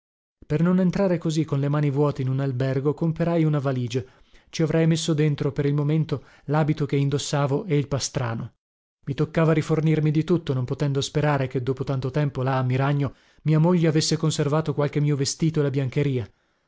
per non entrare così con le mani vuote in un albergo comperai una valigia ci avrei messo dentro per il momento labito che indossavo e il pastrano i toccava rifornirmi di tutto non potendo sperare che dopo tanto tempo là a miragno mia moglie avesse conservato qualche mio vestito e la biancheria